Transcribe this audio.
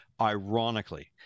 ironically